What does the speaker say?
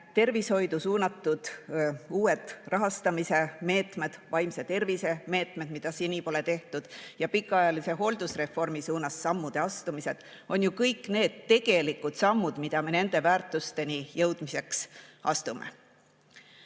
tervishoiule suunatud uued rahastamismeetmed, vaimse tervise meetmed, mida seni pole tehtud; ja pikaajalise hooldusreformi suunas sammude astumine. [Need] kõik on ju tegelikud sammud, mida me nende väärtusteni jõudmiseks astume. Aga